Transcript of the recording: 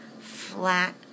flat